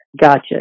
Gotcha